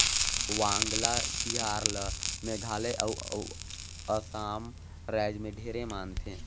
वांगला तिहार ल मेघालय अउ असम रायज मे ढेरे मनाथे